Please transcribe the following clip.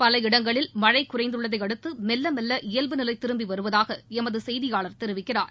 பல இடங்களில் மழை குறைந்துள்ளதை அடுத்து மெல்ல மெல்ல இயல்பு நிலை திரும்பி வருவதாக எமது செய்தியாளர் தெரிவிக்கிறார்